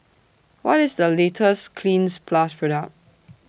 What IS The latest Cleanz Plus Product